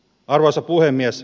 arvoisa puhemies